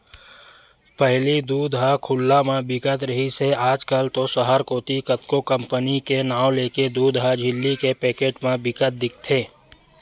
पहिली दूद ह खुल्ला म बिकत रिहिस हे आज कल तो सहर कोती कतको कंपनी के नांव लेके दूद ह झिल्ली के पैकेट म बिकत दिखथे